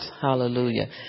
Hallelujah